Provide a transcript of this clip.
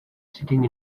sitting